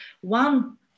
one